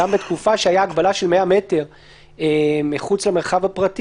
גם בתקופה שהייתה הגבלה של 100 מטר מחוץ למרחב הפרטי